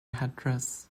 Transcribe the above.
headdress